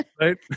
Right